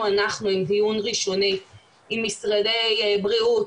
אנחנו עם דיון ראשוני עם משרדי בריאות,